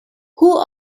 who